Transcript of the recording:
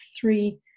three